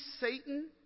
Satan